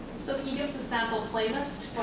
so can give us a sample playlist